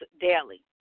daily